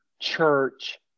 church